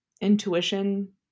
intuition